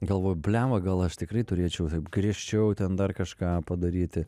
galvoju blemba gal aš tikrai turėčiau taip griežčiau ten dar kažką padaryti